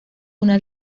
una